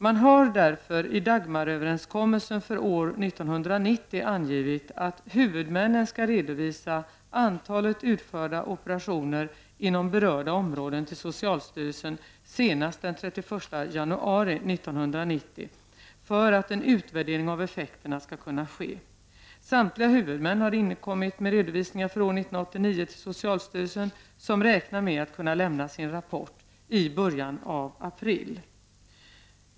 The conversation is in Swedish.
Man har därför i Dagmaröverenskommelsen för år 1990 angivit att hu vudmännen skall redovisa antalet utförda operationer inom berörda områden till socialstyrelsen senast den 31 januari 1990 för att en utvärdering av effekterna skall kunna ske. Samtliga huvudmän har inkommit med redovisningar för år 1989 till socialstyrelsen, som räknar med att kunna lämna sin rapport i början av april.